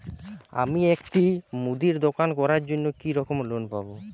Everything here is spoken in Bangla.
আমি একটি মুদির দোকান করার জন্য কি রকম লোন পাব?